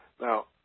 Now